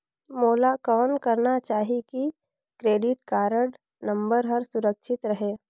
मोला कौन करना चाही की क्रेडिट कारड नम्बर हर सुरक्षित रहे?